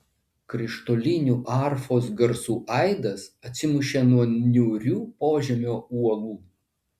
krištolinių arfos garsų aidas atsimušė nuo niūrių požemio uolų